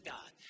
God